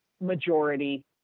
majority